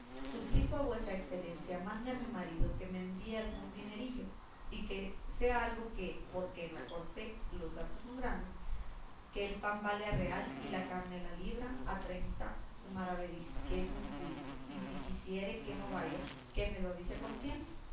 suplico a vuesa excelencia mande a mi marido me envíe algún dinerillo y que sea algo qué porque en la corte son los gastos grandes que el pan vale a real y la carne la libra a treinta maravedís que es un juicio y si quisiere que no vaya que me lo avise con tiempo